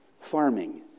farming